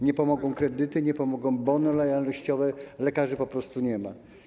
Nie pomogą kredyty, nie pomogą bony lojalnościowe, lekarzy po prostu nie ma.